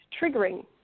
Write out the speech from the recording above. triggering